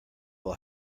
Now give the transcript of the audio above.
will